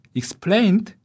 explained